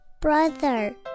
brother